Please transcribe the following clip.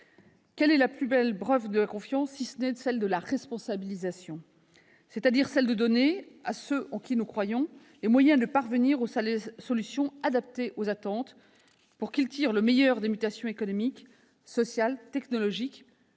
Quelle est la plus belle preuve de confiance, si ce n'est la responsabilisation ? Il s'agit de donner à ceux en qui nous croyons les moyens de parvenir aux solutions adaptées à leurs attentes pour qu'ils tirent le meilleur des mutations économiques, sociales et technologiques